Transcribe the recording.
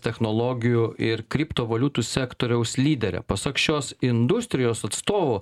technologijų ir kriptovaliutų sektoriaus lydere pasak šios industrijos atstovų